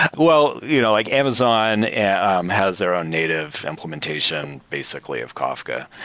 well, you know like amazon has their own native implementation basically of kafka.